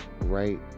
right